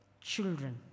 children